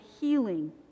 healing